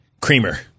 creamer